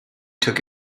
took